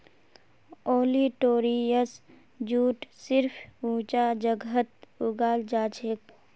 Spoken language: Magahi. ओलिटोरियस जूट सिर्फ ऊंचा जगहत उगाल जाछेक